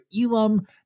Elam